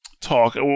talk